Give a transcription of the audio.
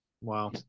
Wow